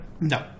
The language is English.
no